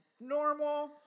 normal